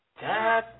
Dad